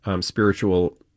spiritual